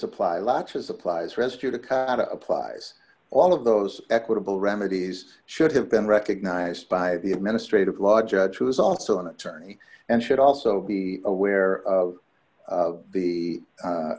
supply locks or supplies rescue the car applies all of those equitable remedies should have been recognized by the administrative law judge who is also an attorney and should also be aware of the